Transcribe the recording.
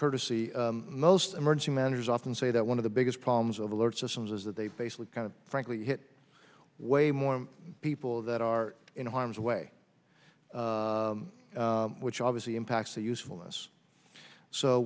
courtesy most emergency managers often say that one of the biggest problems of alert systems is that they basically kind of frankly hit way more people that are in harm's way which obviously impacts the usefulness so